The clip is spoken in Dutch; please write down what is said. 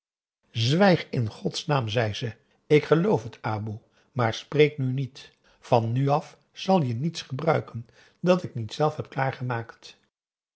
zwijg in godsnaam zei ze ik geloof het aum boe akar eel boe aar spreek nu niet van nu af zal je niets gebruiken dat ik niet zelf heb klaargemaakt